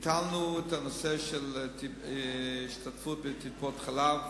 ביטלנו את הנושא של השתתפות בטיפות-חלב,